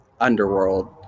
underworld